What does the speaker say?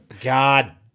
God